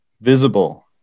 visible